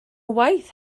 waith